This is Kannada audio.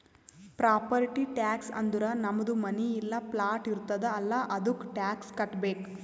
ಪ್ರಾಪರ್ಟಿ ಟ್ಯಾಕ್ಸ್ ಅಂದುರ್ ನಮ್ದು ಮನಿ ಇಲ್ಲಾ ಪ್ಲಾಟ್ ಇರ್ತುದ್ ಅಲ್ಲಾ ಅದ್ದುಕ ಟ್ಯಾಕ್ಸ್ ಕಟ್ಟಬೇಕ್